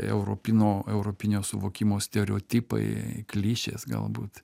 europino europinio suvokimo stereotipai klišės galbūt